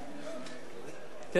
כפי שהקדמתי ואמרתי,